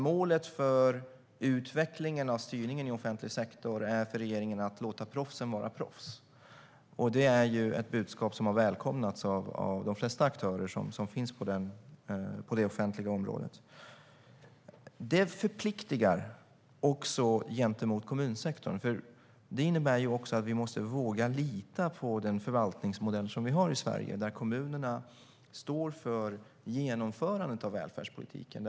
Målet för utvecklingen av styrningen i offentlig sektor är för regeringen att låta proffsen vara proffs. Det är ett budskap som har välkomnats av de flesta aktörer som finns på det offentliga området. Det förpliktar också gentemot kommunsektorn. Det innebär att vi måste våga lita på den förvaltningsmodell vi har i Sverige där kommunerna står för genomförandet av välfärdspolitiken.